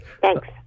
Thanks